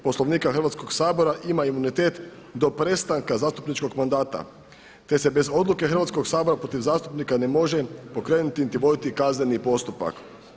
Poslovnika Hrvatskog sabora ima imunitet do prestanka zastupničkog mandata, te se bez odluke Hrvatskog sabora protiv zastupnika ne može pokrenuti, niti voditi kazneni postupak.